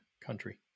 country